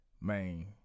main